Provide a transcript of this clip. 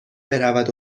برود